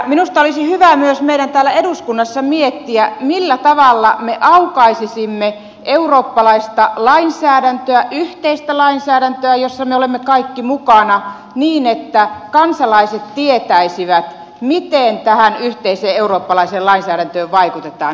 minusta olisi hyvä myös meidän täällä eduskunnassa miettiä millä tavalla me aukaisisimme eurooppalaista lainsäädäntöä yhteistä lainsäädäntöä jossa me olemme kaikki mukana niin että kansalaiset tietäisivät miten tähän yhteiseen eurooppalaiseen lainsäädäntöön vaikutetaan